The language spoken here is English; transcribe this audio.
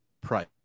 price